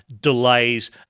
delays